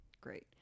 Great